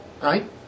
Right